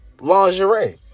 lingerie